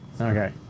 Okay